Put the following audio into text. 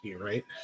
right